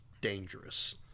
dangerous